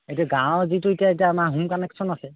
এতিয়া গাঁৱৰ যিটো এতিয়া এতিয়া আমাৰ হোম কানেকচন আছে